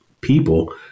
people